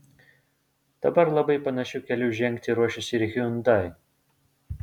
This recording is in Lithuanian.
dabar labai panašiu keliu žengti ruošiasi ir hyundai